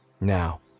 Now